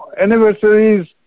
anniversaries